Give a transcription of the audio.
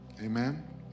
amen